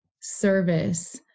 service